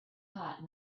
hot